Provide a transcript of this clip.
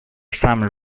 some